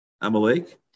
Amalek